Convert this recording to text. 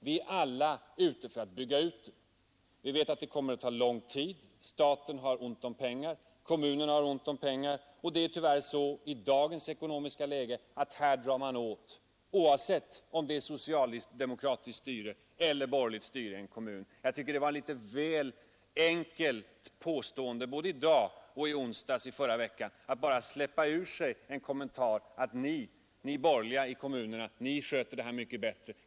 Vi är alla ute efter att bygga ut den. Vi vet att det kommer att ta lång tid. Staten har ont om pengar och kommunerna har ont om pengar. Det är tyvärr så i dagens ekonomiska läge att man drar åt här, oavsett om det är socialdemokratiskt eller borgerligt styre i en kommun. Jag tycker det var ett väl enkelt påstående både i dag och i onsdags i förra veckan att bara släppa ur sig en kommentar, att de borgerliga i kommunerna sköter detta mycket sämre.